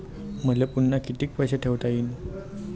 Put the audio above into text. मले पुन्हा कितीक पैसे ठेवता येईन?